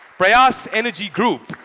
prayas energy group.